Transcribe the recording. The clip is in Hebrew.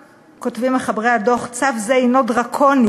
וכותבים שם מחברי הדוח: "צו זה הנו דרקוני.